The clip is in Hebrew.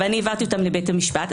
ואני העברתי אותם לבית המשפט,